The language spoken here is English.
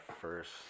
first